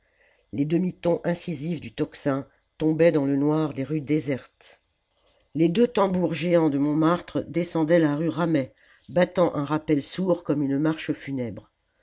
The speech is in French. les demi tons incisifs du tocsin tombaient dans le noir des rues désertes les deux tambours géants de montmartre descendaient la rue ramey battant un rappel sourd comme une marche funèbre